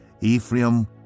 Ephraim